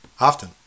often